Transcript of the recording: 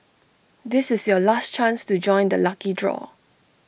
this is your last chance to join the lucky draw